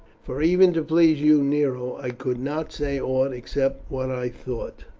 for even to please you, nero, i could not say aught except what i thought.